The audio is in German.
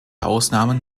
ausnahmen